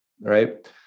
right